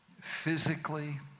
physically